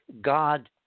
God